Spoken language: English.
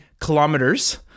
kilometers